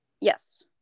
Yes